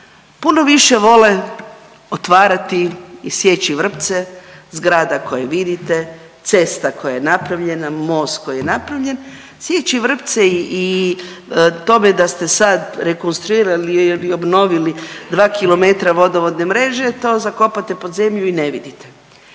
puno više vole otvarati i sjeći vrpce zgrada koje vidite, cesta koja je napravljena, most koji je napravljen, sjeći vrpce i tome da ste sad rekonstruirali ili obnovili 2km vodovodne mreže to zakopate pod zemlju i ne vidite.